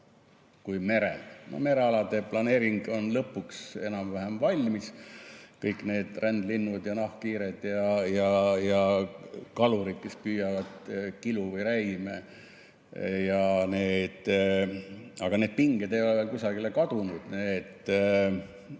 kui merel. Merealade planeering on lõpuks enam-vähem valmis. Kõik need rändlinnud ja nahkhiired ja kalurid, kes püüavad kilu või räime. Need pinged ei ole aga kusagile kadunud,